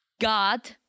God